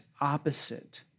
opposite